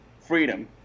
freedom